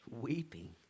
weeping